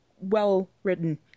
well-written